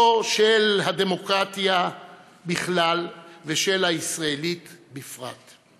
של הדמוקרטיה בכלל ושל הישראלית בפרט?